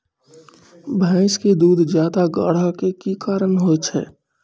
भैंस के दूध ज्यादा गाढ़ा के कि कारण से होय छै?